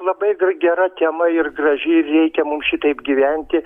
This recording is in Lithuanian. labai gera tema ir gražiai reikia mums šitaip gyventi